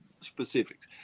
specifics